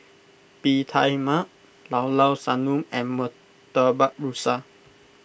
Bee Tai Mak Llao Llao Sanum and Murtabak Rusa